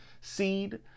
seed